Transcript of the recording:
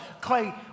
Clay